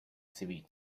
civil